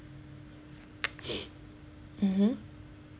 mmhmm